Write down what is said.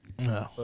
No